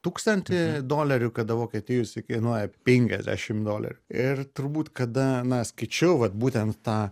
tūkstantį dolerių kada vokietijoj jis kainuoja penkiasdešim dolerių ir turbūt kada na skaičiau vat būtent tą